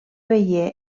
veié